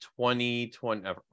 2020